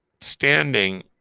standing